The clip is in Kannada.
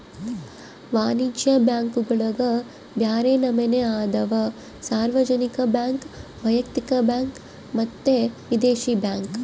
ವಾಣಿಜ್ಯ ಬ್ಯಾಂಕುಗುಳಗ ಬ್ಯರೆ ನಮನೆ ಅದವ, ಸಾರ್ವಜನಿಕ ಬ್ಯಾಂಕ್, ವೈಯಕ್ತಿಕ ಬ್ಯಾಂಕ್ ಮತ್ತೆ ವಿದೇಶಿ ಬ್ಯಾಂಕ್